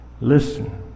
Listen